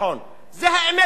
זו האמת לאמיתה.